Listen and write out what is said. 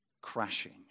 crashing